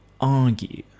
argue